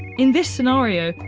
in this scenario,